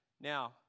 Now